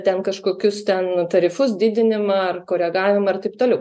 ten kažkokius ten tarifus didinimą ar koregavimą ir taip toliau